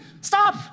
stop